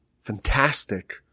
fantastic